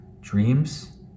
dreams